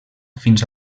fins